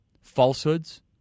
falsehoods